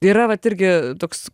yra vat irgi toks